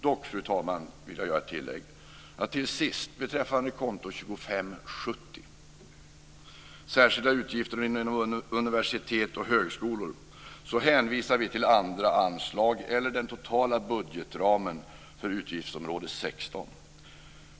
Dock, fru talman, vill jag till sist göra tillägget att vi beträffande konto 25:70, särskilda utgifter inom universitet och högskolor, hänvisar till andra anslag eller till den totala budgetramen för utgiftsområde 16.